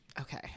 okay